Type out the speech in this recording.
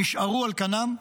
נשארו על כנם.